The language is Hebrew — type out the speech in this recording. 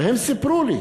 והם סיפרו לי